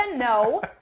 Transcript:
No